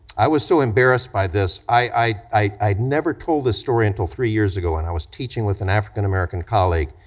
i was so embarrassed by this, i i never told this story until three years ago when and i was teaching with an african-american colleague,